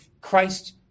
Christ